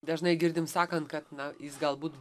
dažnai girdim sakant kad na jis galbūt